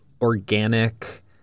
organic